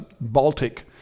Baltic